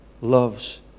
loves